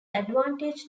advantage